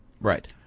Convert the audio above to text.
right